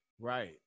Right